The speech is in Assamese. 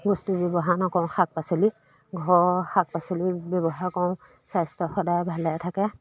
বস্তু ব্যৱহাৰ নকৰোঁ শাক পাচলি ঘৰৰ শাক পাচলি ব্যৱহাৰ কৰোঁ স্বাস্থ্য সদায় ভালে থাকে